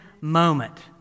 moment